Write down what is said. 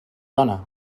dona